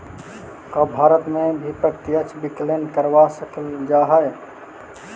का भारत में भी प्रत्यक्ष विकलन करवा सकल जा हई?